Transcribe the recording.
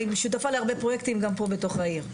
אני שותפה להרבה פרויקטים גם פה בתוך העיר.